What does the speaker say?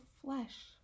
flesh